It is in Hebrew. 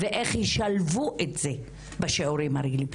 ואיך ישלבו את זה בשיעורים האלה.